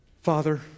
Father